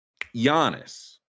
Giannis